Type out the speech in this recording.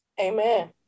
Amen